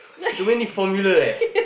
too many formula eh